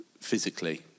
physically